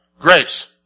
Grace